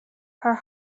her